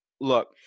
look